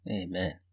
Amen